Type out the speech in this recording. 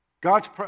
God's